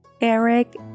Eric